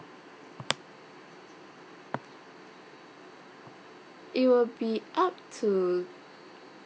it will be up to